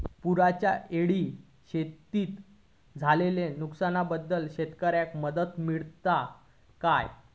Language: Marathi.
पुराच्यायेळी शेतीत झालेल्या नुकसनाबद्दल शेतकऱ्यांका मदत मिळता काय?